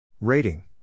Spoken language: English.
Rating